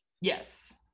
yes